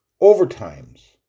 overtimes